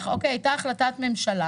הייתה החלטת ממשלה